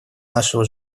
нашего